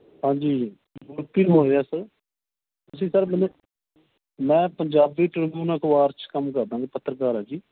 ਹਾਂਜੀ ਬੋਲ ਰਿਹਾ ਸਰ ਤੁਸੀਂ ਸਰ ਮੈਨੂੰ ਮੈਂ ਪੰਜਾਬੀ ਟ੍ਰਿਬਿਊਨ ਅਖ਼ਬਾਰ 'ਚ ਕੰਮ ਕਰਦਾ ਮੈਂ ਪੱਤਰਕਾਰ ਹਾਂ ਜੀ